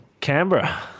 Canberra